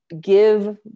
give